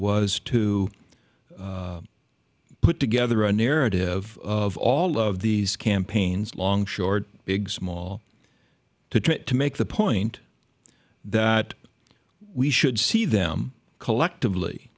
was to put together a narrative of all of these campaigns long short big small to try to make the point that we should see them collectively